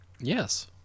Yes